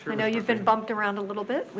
i know you've been bumped around a little bit.